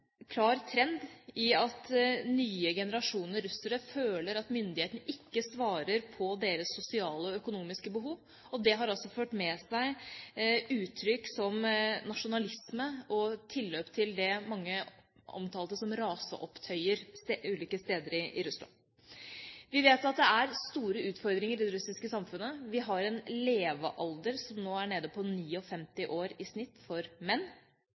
klar trend i at nye generasjoner russere føler at myndighetene ikke svarer på deres sosiale og økonomiske behov. Det har også ført med seg uttrykk som nasjonalisme og tilløp til det mange omtalte som raseopptøyer ulike steder i Russland. Vi vet at det er store utfordringer i det russiske samfunnet. Det er en levealder som nå er nede på 59 år i snitt for menn.